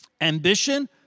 ambition